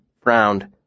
frowned